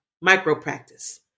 micro-practice